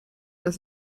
das